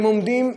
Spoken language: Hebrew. והם עומדים,